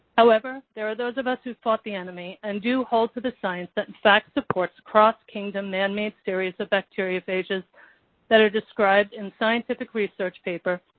however, there are those of us who've fought the enemy and do hold to the science that, in fact, supports cross kingdom manmade series of bacteriophages that are described in the scientific research paper,